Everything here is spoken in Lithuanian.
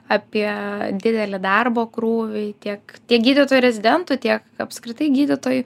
apie didelį darbo krūvį tiek tiek gydytojų rezidentų tiek apskritai gydytojų